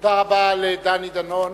תודה רבה לדני דנון.